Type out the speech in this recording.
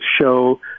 show